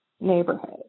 neighborhood